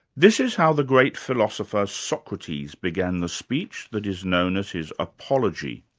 this is how the great philosopher socrates began the speech that is known as his apology.